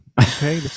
Okay